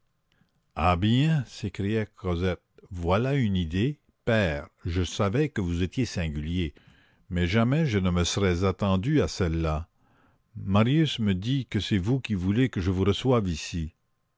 bien s'écria cosette voilà une idée père je savais que vous étiez singulier mais jamais je ne me serais attendue à celle-là marius me dit que c'est vous qui voulez que je vous reçoive ici